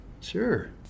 sure